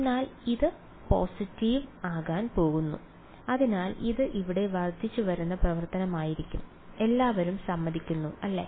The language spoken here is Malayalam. എന്നാൽ ഇത് പോസിറ്റീവ് ആകാൻ പോകുന്നു അതിനാൽ ഇത് ഇവിടെ വർദ്ധിച്ചുവരുന്ന പ്രവർത്തനമായിരിക്കും എല്ലാവരും സമ്മതിക്കുന്നു അല്ലേ